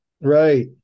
Right